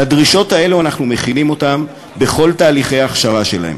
לדרישות האלה אנחנו מכינים אותם בכל תהליכי ההכשרה שלהם.